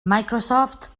microsoft